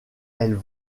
elles